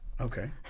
okay